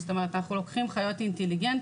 זאת אומרת אנחנו לוקחים חיות אינטליגנטיות,